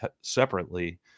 separately